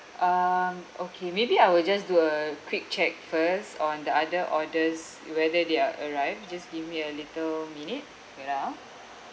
um okay maybe I will just do a quick check first on the other orders whether they are arrived just give me a little minute wait ah